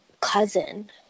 cousin